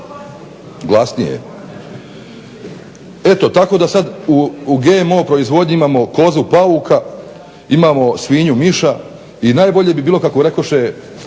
inače. Eto tako da sad u GMO proizvodnji imamo kozu-pauka, imamo svinju-miša i najbolje bi bilo kako rekoše